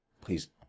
Please